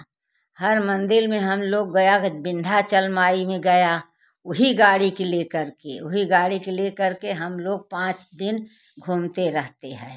हर मंदिर में हम लोग गाय विंध्याचल मई में गया वही गाड़ी को लेकर वही गाड़ी को लेकर के हम लोग पाँच दिन घूमते रहते हैं